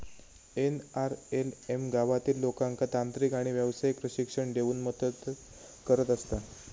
NRLM गावातील लोकांका तांत्रिक आणि व्यावसायिक प्रशिक्षण देऊन मदतच करत असता